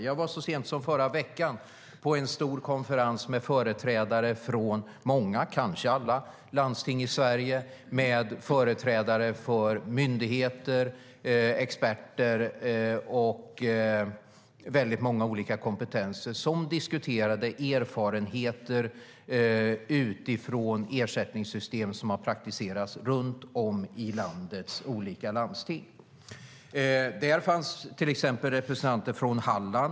Jag var så sent som förra veckan på en stor konferens med företrädare från många, kanske alla, landsting i Sverige, med företrädare för myndigheter, med experter och många olika kompetenser, som diskuterade erfarenheter utifrån ersättningssystem som har praktiserats runt om i landets olika landsting. Vid konferensen fanns representanter från Halland.